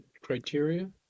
criteria